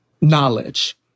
knowledge